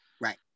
Right